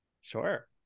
Sure